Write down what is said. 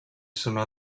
sono